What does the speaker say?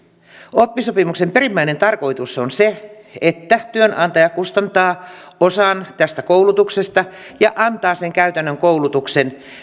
oppisopimuksen perimmäinen tarkoitus on se että työnantaja kustantaa osan tästä koulutuksesta ja antaa sen käytännön koulutuksen